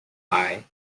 eye